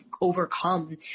overcome